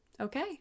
Okay